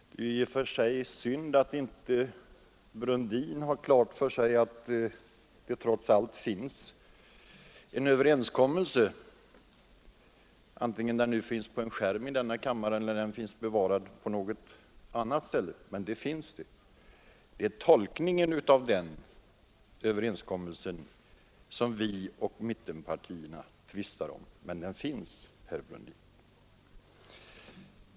Herr talman! Det är synd att herr Brundin inte har klart för sig att det trots allt har träffats en överenskommelse, vare sig den nu finns på bildskärmen i denna kammare eller någon annanstans. En överenskommelse har i alla fall träffats. Det är tolkningen av den överenskommelsen som vi och mittenpartierna tvistar om. Men överenskommelsen finns, herr Brundin!